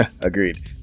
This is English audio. Agreed